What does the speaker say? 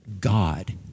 God